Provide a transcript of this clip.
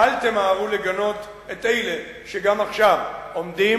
ואל תמהרו לגנות את אלה שגם עכשיו עומדים